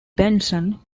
benson